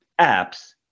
apps